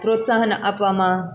પ્રોત્સાહન આપવામાં